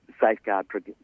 safeguard